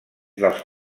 dels